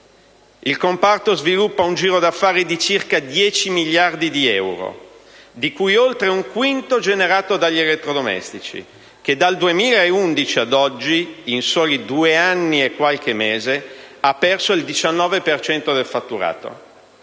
Il comparto sviluppo ha un giro di affari di circa 10 miliardi di euro, di cui oltre un quinto generato dagli elettrodomestici, settore che, dal 2011 ad oggi, in solo due anni e qualche mese, ha perso il 19 per cento del fatturato.